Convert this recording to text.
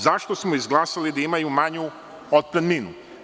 Zašto smo izglasali da imaju manju otpremninu?